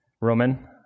Roman